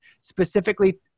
specifically